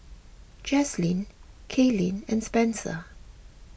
Jaslene Kailyn and Spencer